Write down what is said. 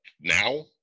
now